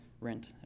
rent